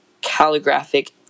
calligraphic